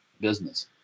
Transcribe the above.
business